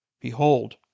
Behold